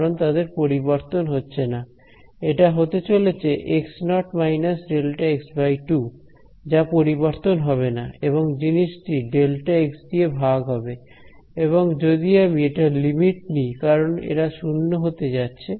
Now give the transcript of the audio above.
কারণ তাদের পরিবর্তন হচ্ছে না এটা হতে চলেছে x0 − Δ x2 যা পরিবর্তন হবে না এবং জিনিসটি Δx দিয়ে ভাগ হবে এবং যদি আমি এটা লিমিট নিই কারণ এরা শূন্য হতে যাচ্ছে